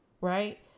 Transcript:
right